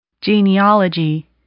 Genealogy